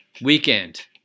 Weekend